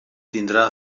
tindrà